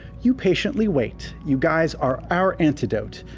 you patiently wait. you guys are our antidote.